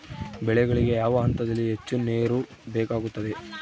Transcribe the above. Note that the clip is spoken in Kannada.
ಬೆಳೆಗಳಿಗೆ ಯಾವ ಹಂತದಲ್ಲಿ ಹೆಚ್ಚು ನೇರು ಬೇಕಾಗುತ್ತದೆ?